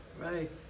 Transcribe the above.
Right